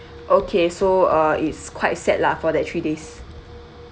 okay so uh it's quite set lah for that three days